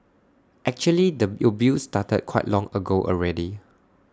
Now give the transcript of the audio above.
actually the abuse started quite long ago already